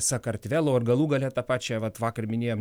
sakartvelo ir galų gale ta pačia vat vakar minėjom